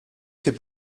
fait